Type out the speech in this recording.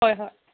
ꯍꯣꯏ ꯍꯣꯏ